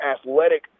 athletic